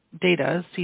data